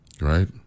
Right